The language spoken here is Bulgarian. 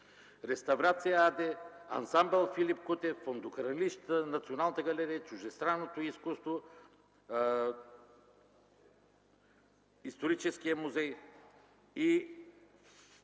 „Реставрация” АД, Ансамбъл „Филип Кутев”, Фондохранилищата на Националната галерия за чуждестранното изкуство, Историческият музей,